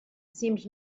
seemed